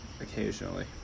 Occasionally